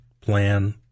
plan